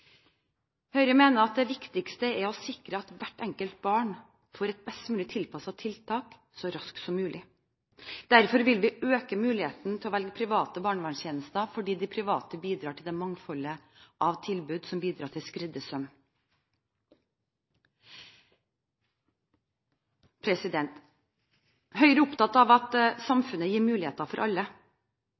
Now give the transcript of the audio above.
Høyre mener at det viktigste er å sikre at hvert enkelt barn får et best mulig tilpasset tiltak så raskt som mulig. Vi vil øke muligheten til å velge private barnevernstjenester, fordi de private bidrar til det mangfoldet av tilbud som bidrar til skreddersøm. Høyre er opptatt av at samfunnet gir muligheter for alle,